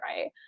right